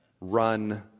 run